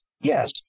Yes